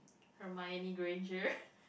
Hermione-Granger